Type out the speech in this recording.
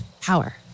power